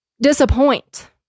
disappoint